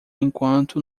enquanto